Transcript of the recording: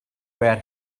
where